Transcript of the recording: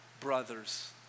brothers